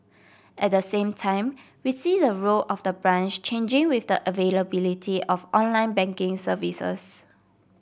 at the same time we see the role of the branch changing with the availability of online banking services